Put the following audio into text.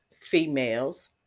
females